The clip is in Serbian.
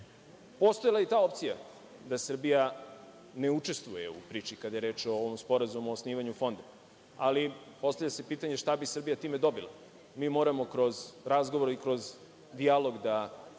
je i ta opcija da Srbija ne učestvuje u priči, kada je reč o ovom Sporazumu o osnivanju fonda, ali postavlja se pitanje šta bi Srbija time dobila. Mi moramo kroz razgovore i kroz dijalog da